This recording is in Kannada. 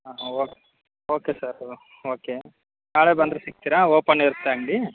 ಹಾಂ ಓಕೆ ಓಕೆ ಸರ್ ಓಕೆ ನಾಳೆ ಬಂದರೆ ಸಿಕ್ತೀರಾ ಓಪನ್ ಇರುತ್ತಾ ಅಂಗಡಿ